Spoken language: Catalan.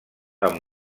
amb